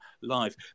live